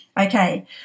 Okay